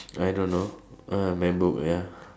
I don't know uh my book ya